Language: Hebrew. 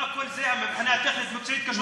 מה כל זה, מבחינה טכנית, קשור להפרטה?